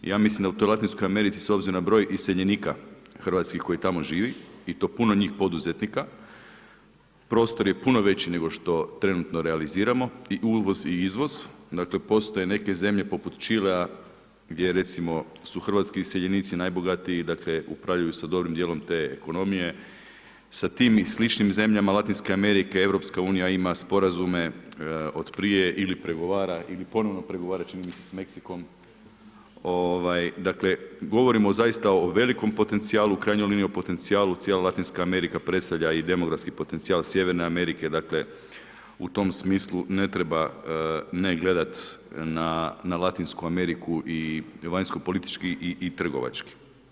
Ja mislim da u toj Latinskoj Americi s obzirom na broj iseljenika hrvatskih koji tamo živi, i to puno njih poduzetnika, prostor je puno veći nego što trenutno realiziramo i uvoz i izvoz, dakle postoje neke zemlje poput Čilea gdje recimo su hrvatski iseljenici su najbogatiji, dakle upravljaju sa dobrim dijelom te ekonomije, sa tim i sličnim zemljama Latinske Amerike EU ima sporazume od prije ili pregovara ili ponovno pregovara čini mi se s Meksikom, dakle govorim o zaista velikom potencijalu, u krajnjoj liniji o potencijalu, cijela Latinska Amerika predstavlja i demografska potencijal Sjeverne Amerike, dakle u tom smislu ne treba ne gledati na Latinsku Ameriku i vanjsko-politički i trgovački.